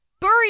buried